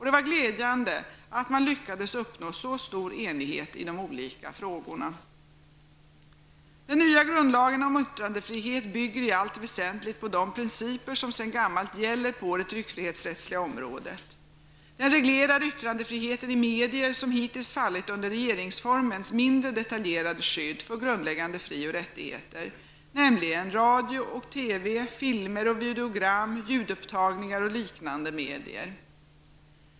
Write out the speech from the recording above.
Det var glädjande att man lyckades uppnå så stor enighet i de olika frågorna. Den nya grundlagen om yttrandefrihet bygger i allt väsentligt på de principer som sedan gammalt gäller på de tryckfrihetsrättsliga området. Den reglerar yttrandefriheten i medier som hittills fallit under regeringsformens mindre detaljerade skydd för grundläggande fri och rättigheter, nämligen radio och TV, filmer och videogram, ljudupptagningar och liknande medier.